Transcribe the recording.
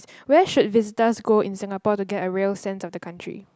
where should visitors go in Singapore to get a real sense of the country